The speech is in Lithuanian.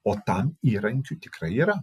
o tam įrankių tikrai yra